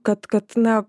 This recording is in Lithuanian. kad kad na